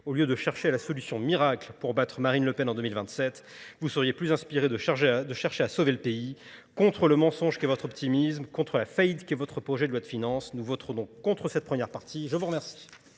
Au lieu de chercher la solution miracle pour battre Marine Le Pen en 2027, vous seriez plus inspiré de chercher à sauver le pays. Contre le mensonge qu'est votre optimisme, contre la faillite qu'est votre projet de loi de finances, nous votre don contre cette première partie. Je vous remercie.